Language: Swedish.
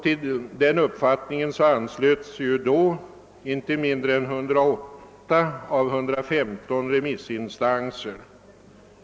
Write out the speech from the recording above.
Till denna bedömning anslöt sig sedan också inte mindre än 108 av 115 remissinstanser.